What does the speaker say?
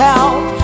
Help